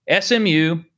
SMU